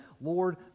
Lord